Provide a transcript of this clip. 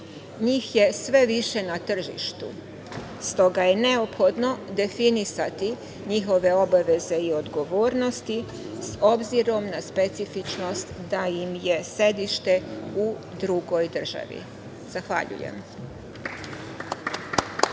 Njih je sve više na tržištu. Stoga je neophodno definisati njihove obaveze i odgovornosti, s obzirom na specifičnost da im je sedište u drugoj državi. Zahvaljujem.